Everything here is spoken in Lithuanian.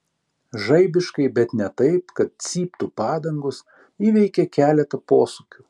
žaibiškai bet ne taip kad cyptų padangos įveikė keletą posūkių